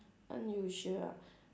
unusual ah